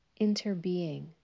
interbeing